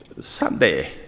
Sunday